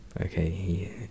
Okay